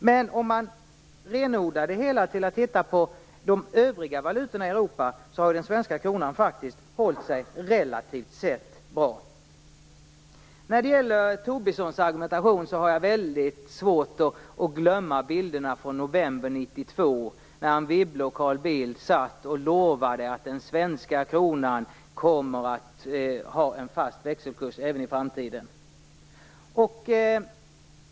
Men om man renodlar det hela till att titta på de övriga valutorna i Europa har den svenska kronan faktiskt relativt sett hållit sig bra. När det gäller Tobissons argumentation har jag väldigt svårt att glömma bilderna från november 1992, när Anne Wibble och Carl Bildt satt och lovade att den svenska kronan kommer att ha en fast växelkurs även i framtiden.